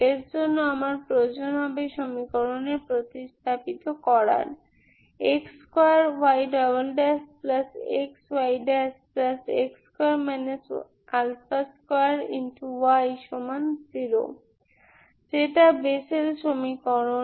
এর জন্য আমার প্রয়োজন হবে সমীকরণে প্রতিস্থাপিত করার x2yxyx2 2y0 যেটা বেসেল সমীকরণ